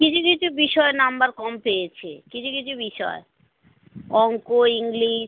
কিছু কিছু বিষয় নাম্বার কম পেয়েছে কিছু কিছু বিষয় অঙ্ক ইংলিশ